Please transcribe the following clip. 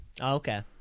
okay